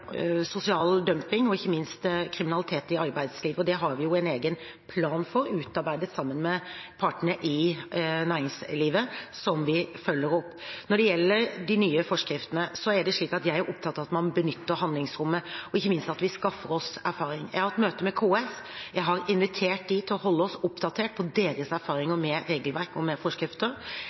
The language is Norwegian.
sosial dumping og ikke minst kriminalitet i arbeidslivet, og det har vi en egen plan for, utarbeidet sammen med partene i næringslivet, som vi følger opp. Når det gjelder de nye forskriftene, er jeg opptatt av at man benytter handlingsrommet, og ikke minst av at vi skaffer oss erfaring. Jeg har hatt møte med KS, jeg har invitert dem til å holde oss oppdaterte på deres erfaringer med regelverk og med forskrifter.